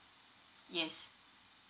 yes